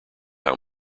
how